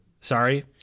sorry